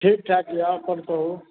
ठीक ठाक यऽ अपन कहु